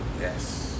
Yes